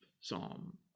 Psalm